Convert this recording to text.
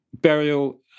burial